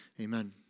Amen